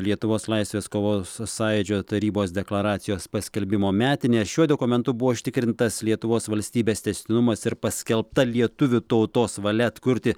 lietuvos laisvės kovos sąjūdžio tarybos deklaracijos paskelbimo metinė šiuo dokumentu buvo užtikrintas lietuvos valstybės tęstinumas ir paskelbta lietuvių tautos valia atkurti